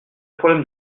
problème